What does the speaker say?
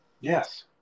Yes